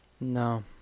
No